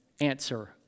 answer